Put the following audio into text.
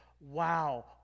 wow